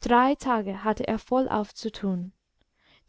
drei tage hatte er vollauf zu tun